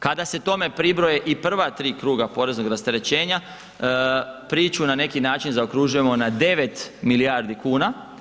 Kada se tome pribroje i prva 3 kruga poreznog rasterećenja priču na neki način zaokružujemo na 9 milijardi kuna.